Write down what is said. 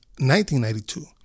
1992